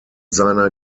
seiner